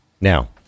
Now